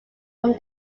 from